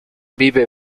vive